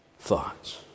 thoughts